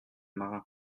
marin